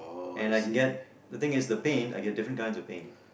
and I can get the thing is the pain I get different kinds of pain